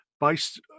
based